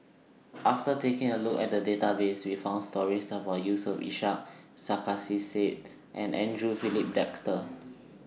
after taking A Look At The Database We found stories about Yusof Ishak Sarkasi Said and Andre Filipe Desker